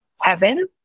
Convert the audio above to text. heaven